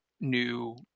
new